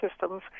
systems